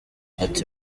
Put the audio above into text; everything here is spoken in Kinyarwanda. ati